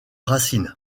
racines